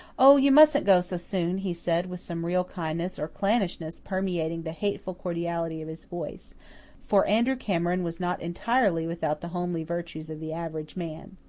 oh, you mustn't go so soon, he said, with some real kindness or clannishness permeating the hateful cordiality of his voice for andrew cameron was not entirely without the homely virtues of the average man.